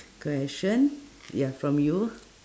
question ya from you